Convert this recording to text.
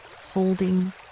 holding